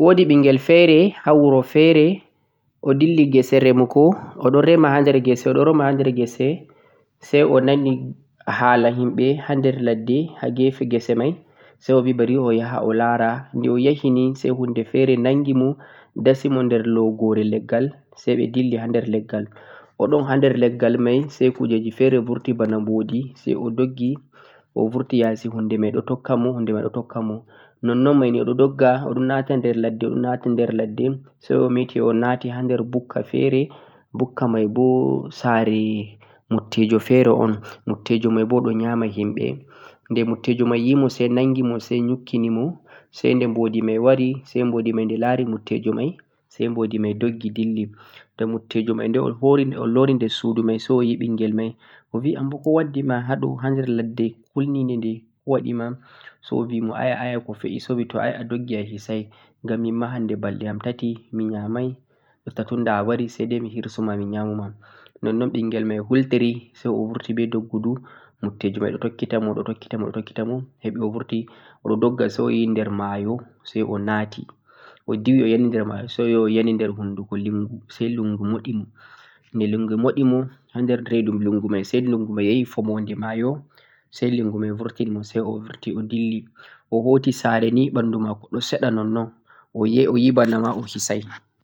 woodi ɓinngel feere, ha wuro feere, o dilli ngese remugo, o ɗo rema ha nder ngese, o ɗon rema ha nder ngese, say o nani hala himɓe, ha nder ladde, ha gefe ngese may, say o bi bari o yaha o laara, nde o yahi ni say huunde feere nanngimo, ndasi mo nder logo're leggal, say ɓe dilli ha nder leggal, o ɗon ha nder leggal may say kuujeeeji feere burti bana mbodi say o doggi o burti ya'si huunde may ɗo tokka mo, huunde may ɗo tokka mo, nonnon may ni o ɗo dogga, o ɗo na'ta nder ladde, o ɗo na'ta nder ladde, say o meti o naati ha nder bukka feere, bukka may boo saare mutteejo feere un, mutteejo may boo o ɗo nyaama himɓe, de mutteejo may yimo say nanngi mo say nyukki ni mo, say nde mbodi may wari, say nde mbodi may laari mutteejo may, say mutteejo mbodi may doggi dilli, nde mutteejo may nde hesitation, nde o lori nder suudu may say o yi ɓinngel may o bi anbo ko waddi ma ha ɗo? ha nder ladde kulninide?, ko waɗi ma?, say o bi mo aya aya ko fe'ii, say o bi mo ay a doggi a hisay, ngam mimma hannde balɗe am tati mi nyaamay, jotta tunda a wari say day mi hirsuma, mi nyaamuma, nonnon ɓinngel may hultiri say o burti be doggu go, mutteejo may ɗo tokki tamo, ɗo tokki tamo, ɗo tokki tamo heɓi o burti o ɗo dogga say o yi nder maayo say o naati, o diwi o yani nder maayo say o yani nder honnduko lingu, say lingu moɗi mo, nde lingu moɗimo ha nder redu lingu, may say lingu may yahi fomodi maayo say lingu may burti ni mo say o burti o dilli, o hoti saare ni ɓanndu maako ɗo seɗa nonnon o yay o yi bana ma o hi say.